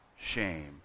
shame